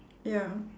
ya